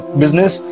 business